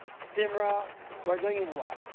simra gurgling whoa